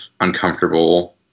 uncomfortable